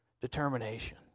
determination